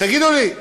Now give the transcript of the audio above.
תגידו לי,